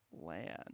land